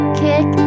kick